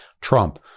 Trump